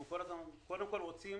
אנחנו רוצים